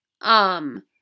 Um—